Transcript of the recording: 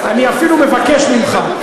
אני אפילו מבקש ממך,